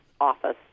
office